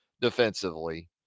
defensively